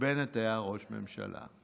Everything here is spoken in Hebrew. כשבנט היה ראש ממשלה.